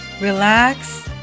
relax